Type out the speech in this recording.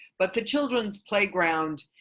but the children's playground.